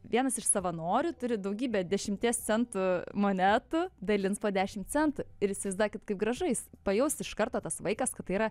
vienas iš savanorių turi daugybę dešimties centų monetų dalins po dešim centų ir įsivaizduokit kaip gražu jis pajaus iš karto tas vaikas kad tai yra